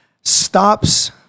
stops